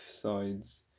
sides